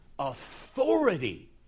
authority